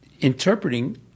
interpreting